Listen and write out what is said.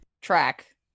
Track